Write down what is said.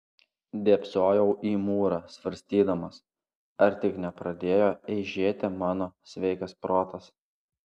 dėbsojau į mūrą svarstydamas ar tik nepradėjo eižėti mano sveikas protas